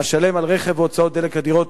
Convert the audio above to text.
"אשלם על רכב והוצאות דלק אדירות.